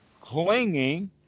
clinging